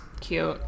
Cute